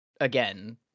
again